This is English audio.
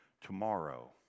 tomorrow